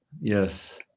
Yes